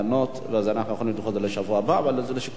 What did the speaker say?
כולל חבר הכנסת כצל'ה.